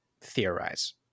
theorize